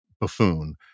buffoon